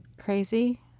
crazy